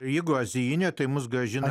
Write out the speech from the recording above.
jeigu azijinė tai mus grąžina